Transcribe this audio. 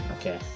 Okay